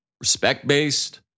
respect-based